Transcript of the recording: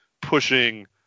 pushing